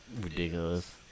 Ridiculous